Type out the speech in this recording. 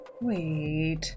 Wait